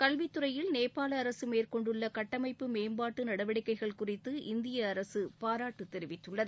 கல்வித்துறையில் நேபாள அரசு மேற்கொண்டுள்ள கட்டமைப்பு மேம்பாட்டு நடவடிக்கைகள் குறித்து இந்திய அரசு பாராட்டு தெரிவித்துள்ளது